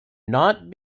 not